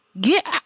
get